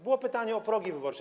Było pytanie o progi wyborcze.